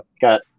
Got